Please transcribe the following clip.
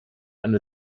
eine